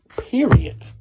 period